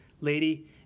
lady